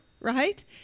right